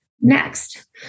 next